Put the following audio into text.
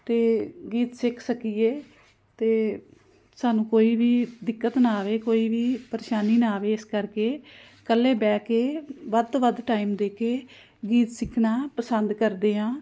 ਅਤੇ ਗੀਤ ਸਿੱਖ ਸਕੀਏ ਅਤੇ ਸਾਨੂੰ ਕੋਈ ਵੀ ਦਿੱਕਤ ਨਾ ਆਵੇ ਕੋਈ ਵੀ ਪਰੇਸ਼ਾਨੀ ਨਾ ਆਵੇ ਇਸ ਕਰਕੇ ਇਕੱਲੇ ਬਹਿ ਕੇ ਵੱਧ ਤੋਂ ਵੱਧ ਟਾਈਮ ਦੇ ਕੇ ਗੀਤ ਸਿੱਖਣਾ ਪਸੰਦ ਕਰਦੇ ਹਾਂ